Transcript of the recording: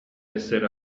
essere